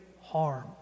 harm